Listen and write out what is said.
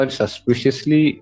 suspiciously